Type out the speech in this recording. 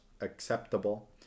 acceptable